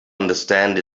understand